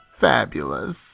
fabulous